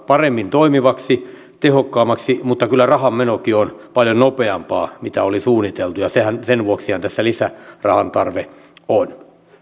paremmin toimivaksi tehokkaammaksi mutta kyllä rahanmenokin on paljon nopeampaa mitä oli suunniteltu ja sen vuoksihan tässä lisärahan tarve on